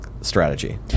strategy